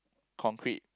concrete